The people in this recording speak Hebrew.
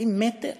20 מטר